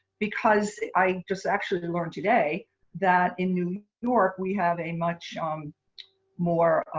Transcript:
because i just actually did learn today that in new york we have a much um more